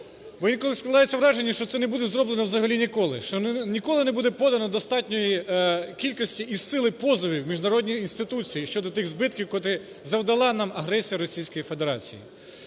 Бо інколи складається враження, що це не буде зроблено взагалі ніколи, що ніколи не буде подано достатньої кількості і сили позовів у міжнародні інституції щодо тих збитків, котрі завдала нам агресії Російської Федерації.